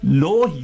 law